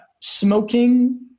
Smoking